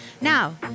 Now